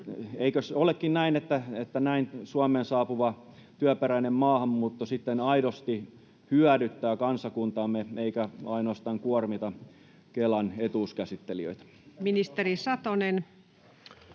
eikös olekin näin, että näin Suomeen saapuva työperäinen maahanmuutto sitten aidosti hyödyttää kansakuntaamme eikä ainoastaan kuormita Kelan etuuskäsittelijöitä? [Eduskunnasta: